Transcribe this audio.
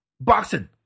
Boxing